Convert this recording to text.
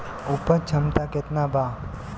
उपज क्षमता केतना वा?